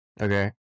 Okay